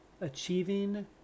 achieving